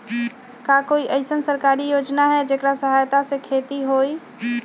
का कोई अईसन सरकारी योजना है जेकरा सहायता से खेती होय?